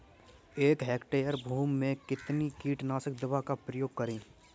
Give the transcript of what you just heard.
एक हेक्टेयर भूमि में कितनी कीटनाशक दवा का प्रयोग करें?